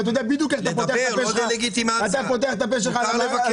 אני יודע בדיוק את אתה פותח את הפה שלך על המשטרה.